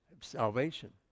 salvation